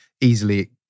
easily